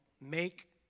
make